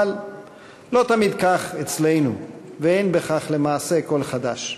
אבל לא תמיד כך אצלנו, ואין בכך למעשה כל חדש.